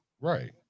Right